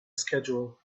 schedule